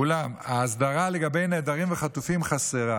אולם, ההסדרה לגבי נעדרים וחטופים חסרה.